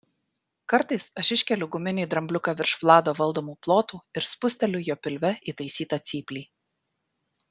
kartais aš iškeliu guminį drambliuką virš vlado valdomų plotų ir spusteliu jo pilve įtaisytą cyplį